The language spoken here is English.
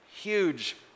huge